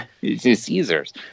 Caesars